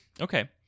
Okay